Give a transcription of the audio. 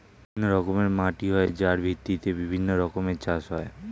বিভিন্ন রকমের মাটি হয় যার ভিত্তিতে বিভিন্ন রকমের চাষ হয়